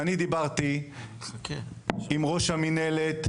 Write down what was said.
אני דיברתי עם ראש המנהלת,